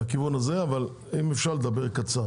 ואם אפשר בקצרה.